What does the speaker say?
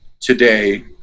today